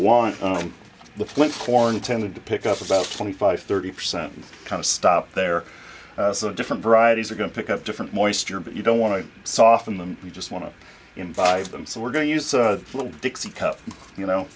one of the flint corn tended to pick up about twenty five thirty percent and kind of stopped there different varieties are going to pick up different moisture but you don't want to soften them you just want to invite them so we're going to use a little dixie cup you know